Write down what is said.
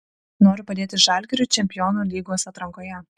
noriu padėti žalgiriui čempionų lygos atrankoje